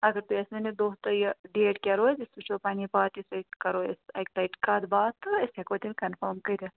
اَگر تُہۍ اسہِ ؤنِو دۅہ تہٕ یہِ ڈیٚٹ کیٛاہ روزِ أسۍ وُچھو پننہِ پارٹی سٍتۍ کَرو أسۍ اکہِ لٹہِ کَتھ باتھ تہٕ أسۍ ہیٚکو تیٚلہِ کَنفأرٕم کٔرِتھ